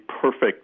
perfect